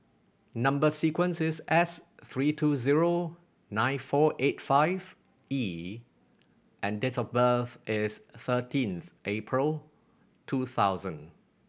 number sequence is S three two zero nine four eight five E and date of birth is thirteenth April two thousand